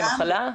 כמחלה?